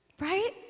Right